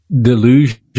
Delusion